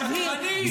שקרנית.